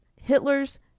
Hitler's